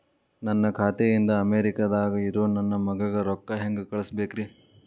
ನನ್ನ ಖಾತೆ ಇಂದ ಅಮೇರಿಕಾದಾಗ್ ಇರೋ ನನ್ನ ಮಗಗ ರೊಕ್ಕ ಹೆಂಗ್ ಕಳಸಬೇಕ್ರಿ?